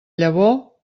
llavor